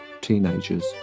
teenagers